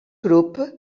grup